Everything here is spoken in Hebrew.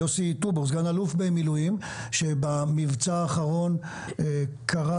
סא"ל במילואים יוסי טובור שבמבצע האחרון קרע